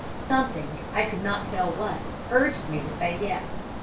something, i could not tell what, urged me to say yes.